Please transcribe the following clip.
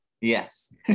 yes